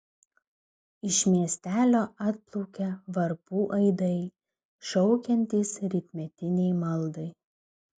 iš miestelio atplaukia varpų aidai šaukiantys rytmetinei maldai